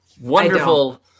wonderful